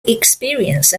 experience